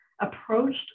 approached